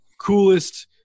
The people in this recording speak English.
coolest